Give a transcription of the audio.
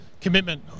commitment